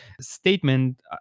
statement